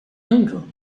uncle